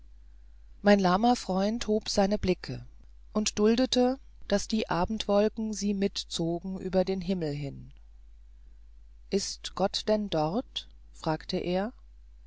mein lahmer freund hob seine blicke und duldete daß die abendwolken sie mitzogen über den himmel hin ist gott denn dort fragte er